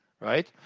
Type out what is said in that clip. right